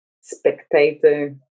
spectator